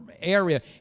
area